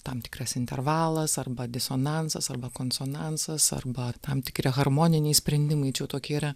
tam tikras intervalas arba disonansas arba konsonansas arba tam tikri harmoniniai sprendimai čia jau tokie yra